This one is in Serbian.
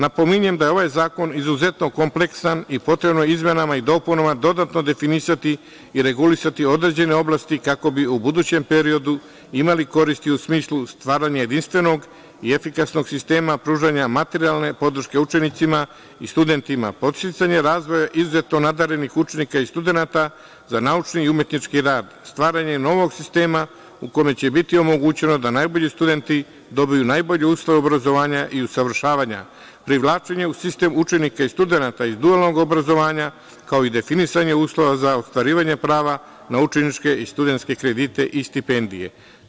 Napominjem da je ovaj zakon izuzetno kompleksan i potrebno je izmenama i dopunama dodatno definisati i regulisati određene oblasti, kako bi u budućem periodu imali koristi u smislu stvaranja jedinstvenog i efikasnog sistema pružanja materijalne podrške učenicima i studentima, podsticanje razvoja izuzetno nadarenih učenika i studenata za naučni i umetnički rad, stvaranje novog sistema u kome će biti omogućeno da najbolji studenti dobiju najbolje uslove obrazovanja i usavršavanja, privlačenje u sistem učenika i studenata iz dualnog obrazovanja, kao i definisanje uslova za ostvarivanje prava na učeničke i studentske kredite i stipendije.